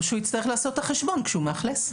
או שהוא יצטרך לעשות את החשבון כשהוא מאכלס.